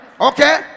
Okay